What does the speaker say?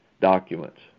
documents